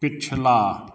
पिछला